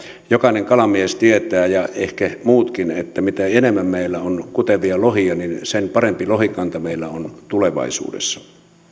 jokainen kalamies tietää ja ehkä muutkin tietävät että mitä enemmän meillä on kutevia lohia niin sen parempi lohikanta meillä on tulevaisuudessa